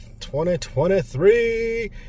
2023